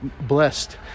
blessed